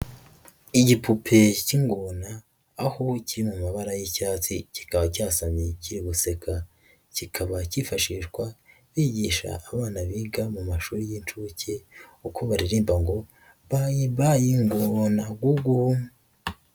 Igipupe cy'ingona aho kiri mu mabara y'icyatsi kikaba cyasamye kiri guseka, kikaba cyifashishwa bigisha abana biga mu mashuri y'inshuke uko baririmba ngo by bag na google.